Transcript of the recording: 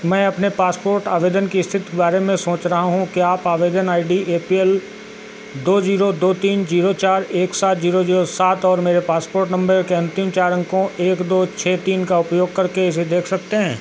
मैं अपने पासपोर्ट आवेदन की स्थिति के बारे में सोच रहा हूँ क्या आप आवेदन I D A P L दो जीरो दो तीन जीरो चार एक सात जीरो जीरो सात और मेरे पासपोर्ट नंबर के अंतिम चार अंकों एक दो छः तीन का उपयोग करके इसे देख सकते हैं